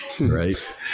right